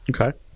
Okay